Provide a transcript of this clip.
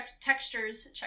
textures